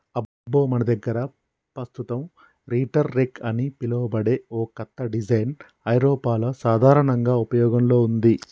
అబ్బో మన దగ్గర పస్తుతం రీటర్ రెక్ అని పిలువబడే ఓ కత్త డిజైన్ ఐరోపాలో సాధారనంగా ఉపయోగంలో ఉంది